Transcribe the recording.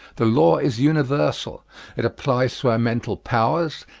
the law is universal it applies to our mental powers,